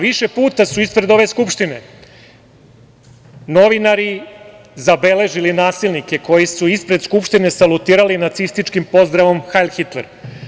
Više puta su ispred ove Skupštine novinari zabeležili nasilnike koji su ispred Skupštine salutirali nacističkim pozdravom „Hajl Hitler“